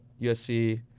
USC